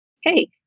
hey